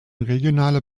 regionaler